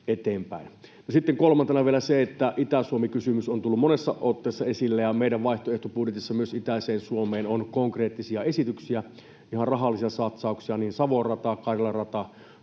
kolmantena vielä se, että Itä-Suomi-kysymys on tullut monessa otteessa esille. Meidän vaihtoehtobudjetissamme myös itäiseen Suomeen on konkreettisia esityksiä, ihan rahallisia satsauksia niin Savon rataan ja Karjalan rataan